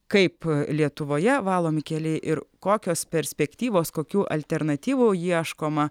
kaip lietuvoje valomi keliai ir kokios perspektyvos kokių alternatyvų ieškoma